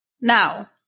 Now